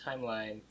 timeline